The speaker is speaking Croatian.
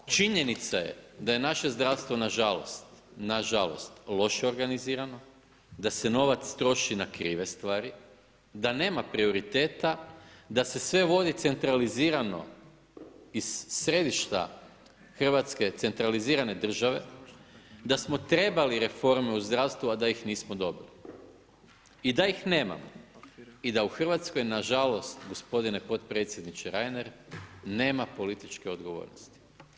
Činjenica je da je naše zdravstvo na žalost loše organizirano, da se novac troši na krive stvari, da nema prioriteta, da se sve vodi centralizirano iz središta Hrvatske centralizirane države, da smo trebali reforme u zdravstvu i da ih nismo dobili i da ih nemamo i da u Hrvatskoj na žalost, gospodine podpredsjedniče Reiner nema političke odgovornosti.